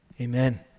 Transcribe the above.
amen